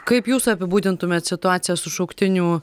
kaip jūs apibūdintumėt situaciją su šauktinių